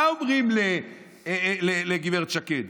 מה אומרים לגב' שקד